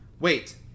Wait